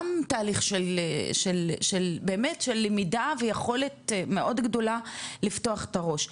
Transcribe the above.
תהליך של באמת של למידה ויכולת מאוד גדולה לפתוח את הראש.